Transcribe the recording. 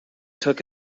took